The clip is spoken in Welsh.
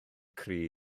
cryf